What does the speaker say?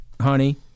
honey